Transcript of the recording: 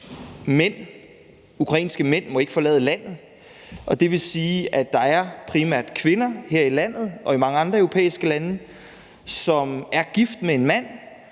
ukrainske mænd ikke må forlade Ukraine, og det vil sige, at der primært er kvinder her i landet og i mange andre europæiske lande, som er gift med en mand,